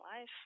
life